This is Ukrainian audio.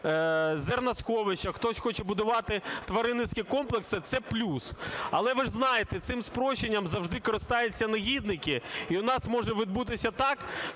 зерносховища, хтось хоче будувати тваринницькі комплекси, це плюс. Але ж ви знаєте, цим спрощенням завжди користуються негідники. І у нас може відбутися так,